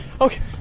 okay